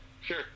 Sure